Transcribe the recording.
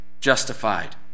justified